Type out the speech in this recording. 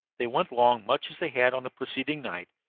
they went along much as they had on the preceding night,